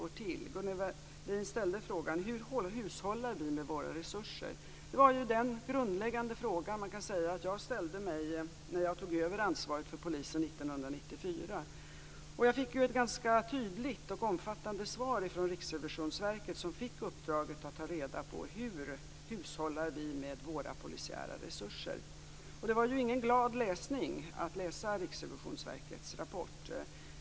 Gunnel Wallin ställde frågan hur vi hushållar med våra resurser. Det var den grundläggande fråga som jag ställde mig när jag tog över ansvaret för polisen 1994. Jag fick ett ganska tydligt och omfattande svar från Riksrevisionsverket, som fick uppdraget att ta reda på hur vi hushållar med våra polisiära resurser. Riksrevisionsverkets rapport var ingen glad läsning.